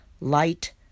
light